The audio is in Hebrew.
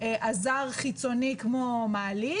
עזר חיצוני כמו מעלית,